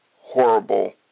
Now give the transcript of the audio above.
horrible